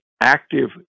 active